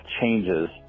changes